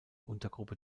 untergruppe